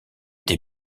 des